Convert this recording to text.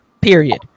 period